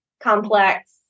complex